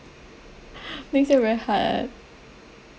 next year very hard